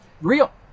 real